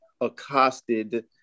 accosted